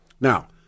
Now